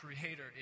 creator